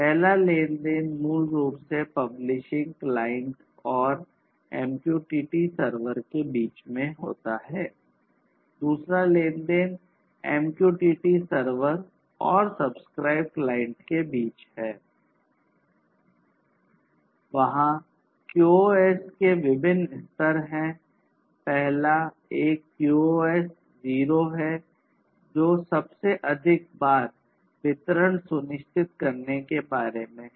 वहाँ क्यूओएस के विभिन्न स्तर हैं पहला एक QoS 0 है जो सबसे अधिक बार वितरण सुनिश्चित करने के बारे में है